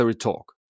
talk